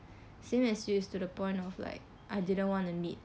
the point of like I didn't want to meet